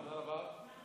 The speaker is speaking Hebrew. תודה רבה.